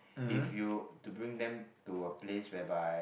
if you to bring them to a place whereby